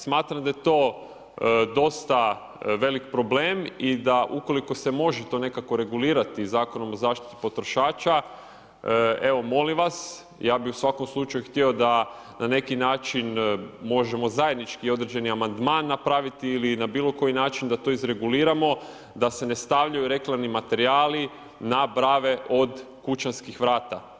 Smatram da je to dosta veliki problem i da ukoliko se može to nekako regulirati Zakonom o zaštiti potrošača evo molim vas, ja bi u svakom slučaju htio da na neki način možemo zajednički određeni amandman napraviti ili na bilokoji način da izreguliramo, da se ne stavljaju reklamni materijali na brave od kućanskih vrata.